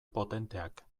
potenteak